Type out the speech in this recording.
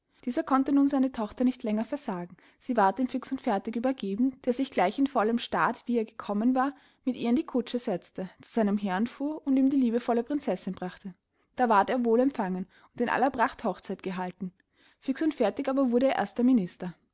dieser konnte nun seine tochter nicht länger versagen sie ward dem fix und fertig übergeben der sich gleich in vollem staat wie er gekommen war mit ihr in die kutsche setzte zu seinem herrn fuhr und ihm die liebevolle prinzessin brachte da ward er wohl empfangen und in aller pracht hochzeit gehalten fix und fertig aber wurde erster minister